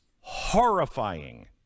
horrifying